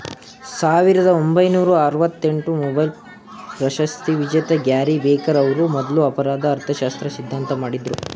ಸಾವಿರದ ಒಂಬೈನೂರ ಆರವತ್ತಎಂಟು ಮೊಬೈಲ್ ಪ್ರಶಸ್ತಿವಿಜೇತ ಗ್ಯಾರಿ ಬೆಕರ್ ಅವ್ರು ಮೊದ್ಲು ಅಪರಾಧ ಅರ್ಥಶಾಸ್ತ್ರ ಸಿದ್ಧಾಂತ ಮಾಡಿದ್ರು